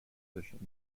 positions